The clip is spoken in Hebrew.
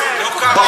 בחוקה,